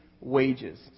wages